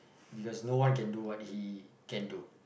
because no one can do what he can do